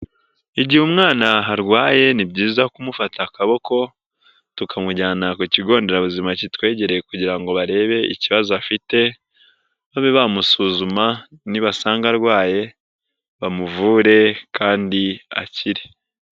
Igihe umwana arwaye ni byiza kumufata akaboko tukamujyana ku kigo nderabuzima kitwegereye kugira ngo barebe ikibazo afite, babe bamusuzuma nibasanga arwaye bamuvure kandi akiri.